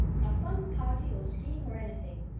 not one party, or scheme, or anything.